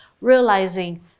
realizing